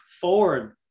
forward